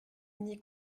n’y